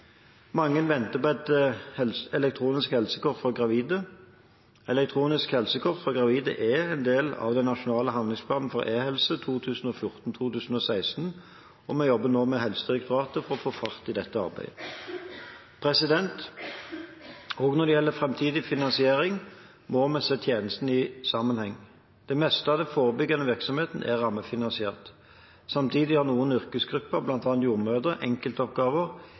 Mange venter på et elektronisk helsekort for gravide. Elektronisk helsekort for gravide er en del av Nasjonal handlingsplan for e-helse 2014–2016, og vi jobber nå med Helsedirektoratet for å få fart på arbeidet. Også når det gjelder framtidig finansiering, må vi se tjenestene i sammenheng. Det meste av den forebyggende virksomheten er rammefinansiert. Samtidig har noen yrkesgrupper, bl.a. jordmødre, enkeltoppgaver